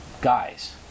guys